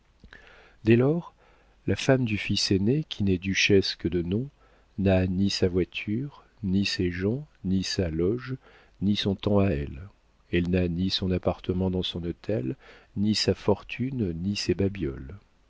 dès lors la femme du fils aîné qui n'est duchesse que de nom n'a ni sa voiture ni ses gens ni sa loge ni son temps à elle elle n'a ni son appartement dans son hôtel ni sa fortune ni ses babioles